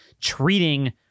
treating